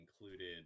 included